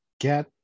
get